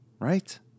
right